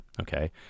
okay